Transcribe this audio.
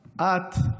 / את,